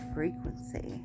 Frequency